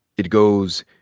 it goes,